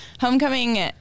Homecoming